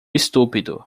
estúpido